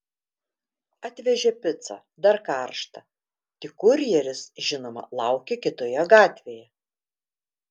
atvežė picą dar karštą tik kurjeris žinoma laukė kitoje gatvėje